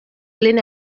glyn